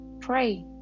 Pray